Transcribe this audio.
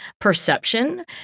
perception